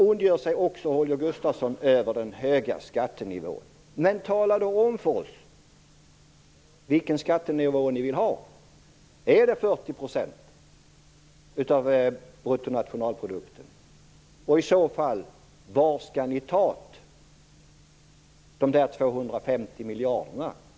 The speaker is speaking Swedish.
Holger Gustafsson ondgör sig också över den höga skattenivån. Men vilken skattenivå vill ni ha? Är det fråga om 40 % av bruttonationalprodukten? Var skall ni i så fall ta de 250 miljarderna?